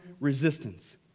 resistance